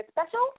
special